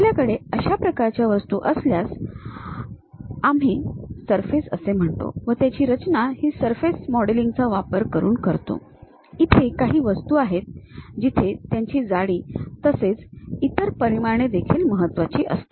आपल्याकडे अशा प्रकारच्या वस्तू असल्यास आम्ही सरफेस असे म्हणतो व त्याची रचना ही सरफेस मॉडेलिंग चा वापर करून करतो इथे काही वस्तू आहेत जिथे त्यांची जाडी तसेच इतर परिमाणे देखील महत्वाची असतात